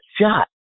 shot